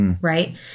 right